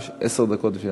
יש עשר דקות לנושא.